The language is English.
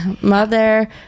mother